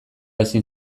ezin